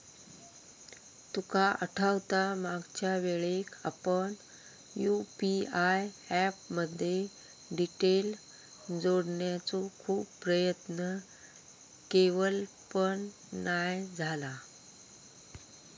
तुका आठवता मागच्यावेळेक आपण यु.पी.आय ऍप मध्ये डिटेल जोडण्याचो खूप प्रयत्न केवल पण नाय झाला